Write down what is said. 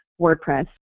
WordPress